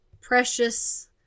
precious